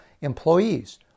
employees